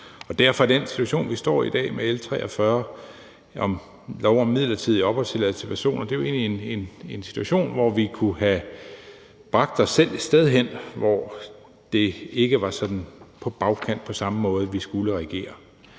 Og derfor er den situation, vi står i i dag, med L 43 om forslag til lov om midlertidig opholdstilladelse til de personer egentlig en situation, hvor vi kunne have bragt os selv et sted hen, hvor det ikke på samme måde var sådan på bagkant at vi skulle reagere.